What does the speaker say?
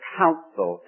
council